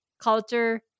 culture